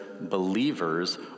believers